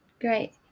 Great